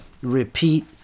repeat